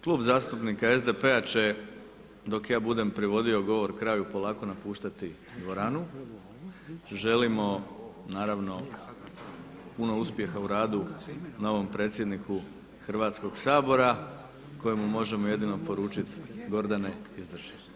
Klub zastupnika SDP-a će dok ja budem privodio govor kraju polako napuštati dvoranu, želimo naravno puno uspjeha u radu novom predsjedniku Hrvatskog sabora, kojemu možemo jedini poručiti, Gordane izdrži.